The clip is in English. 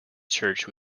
church